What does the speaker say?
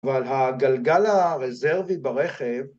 ‫אבל הגלגל הרזרבי ברכב...